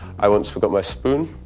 i once forgot my spoon